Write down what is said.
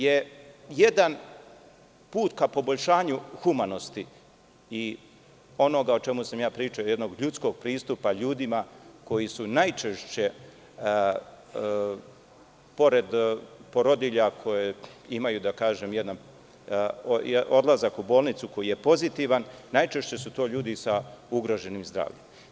Ovaj zakon je jedan put ka poboljšanju humanosti i onoga o čemu sam ja pričao, jednog ljudskog pristupa ljudima koji su najčešće, pored porodilja koje imaju odlazak u bolnicu koji je pozitivan, ljudi sa ugroženim zdravljem.